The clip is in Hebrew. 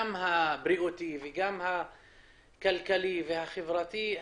גם הבריאותי וגם הכלכלי והחברתי,